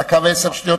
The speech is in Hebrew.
דקה ועשר שניות,